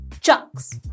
chunks